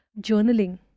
journaling